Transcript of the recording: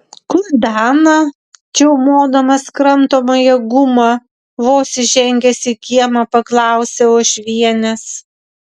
kur dana čiaumodamas kramtomąją gumą vos įžengęs į kiemą paklausė uošvienės